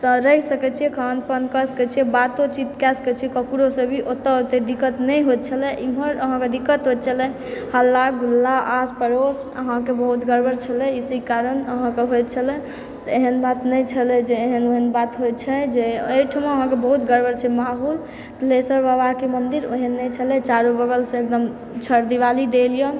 रहि सकैत छियै खान पान कए सकैत छियै बातोचीत कए सकैत छियै ककरोसँ भी ओतए एतय दिक्कत नहि होय छलय इमहर अहाँके दिक्कत होयत छलय हल्ला गुल्ला आसपड़ोस अहाँके बहुत गड़बड़ छलय इसी कारण अहाँके होयत छलय तऽ एहन बात नहि छलय जे एहन ओहन बात होयत छै जे एहिठाम अहाँके बहुत गड़बड़ छै माहौल तिलेश्वर बाबाके मन्दिर ओहन नहि छलय चारू बगलसँ एकदम छहरदीवाली देलए